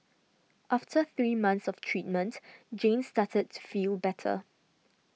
after three months of treatment Jane started to feel better